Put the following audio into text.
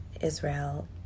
Israel